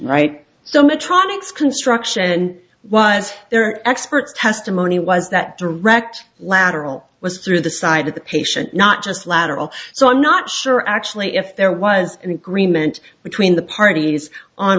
its construction and was there are experts testimony was that direct lateral was through the side of the patient not just lateral so i'm not sure actually if there was an agreement between the parties on